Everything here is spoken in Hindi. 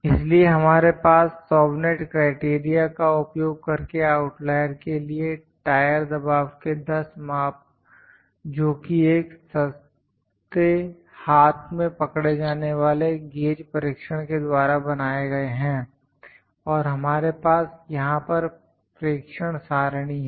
इसलिए हमारे पास सावेनेट क्राइटेरिया Chauvenet's criterion का उपयोग करके आउटलायर के लिए टायर दबाव के 10 माप जोकि एक सस्ते हाथ में पकड़े जाने वाले गेज परीक्षण के द्वारा बनाए गए हैं और हमारे पास यहां पर प्रेक्षण सारणी है